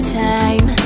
time